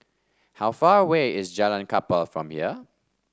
how far away is Jalan Kapal from here